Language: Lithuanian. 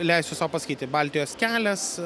leisiu sau pasakyti baltijos kelias